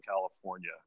California